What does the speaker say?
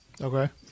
Okay